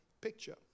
picture